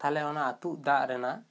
ᱛᱟᱦᱚᱞᱮ ᱚᱱᱟ ᱟᱹᱛᱩᱜ ᱫᱟᱜ ᱨᱮᱱᱟᱜ